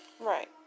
Right